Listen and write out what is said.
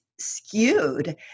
skewed